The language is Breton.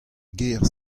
ger